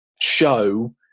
show